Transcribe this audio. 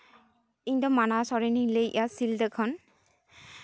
ᱤᱧ ᱫᱚ ᱢᱟᱱᱣᱟ ᱥᱚᱨᱮᱱ ᱤᱧ ᱞᱟᱹᱭ ᱮᱫᱼᱟ ᱥᱤᱞᱫᱟᱹ ᱠᱷᱚᱱ